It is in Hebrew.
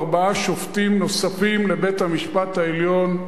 ארבעה שופטים נוספים לבית-המשפט העליון.